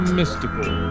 mystical